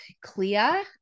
clear